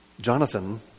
Jonathan